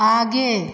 आगे